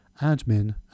admin